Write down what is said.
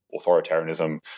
authoritarianism